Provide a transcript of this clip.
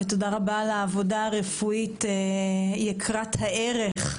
ותודה רבה על העבודה הרפואית יקרת הערך,